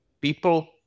people